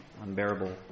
unbearable